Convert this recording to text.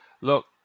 Look